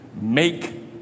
Make